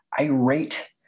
irate